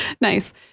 Nice